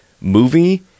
movie